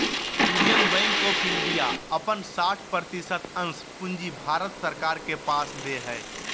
union Bank of India अपन साठ प्रतिशत अंश पूंजी भारत सरकार के पास दे हइ